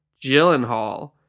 Gyllenhaal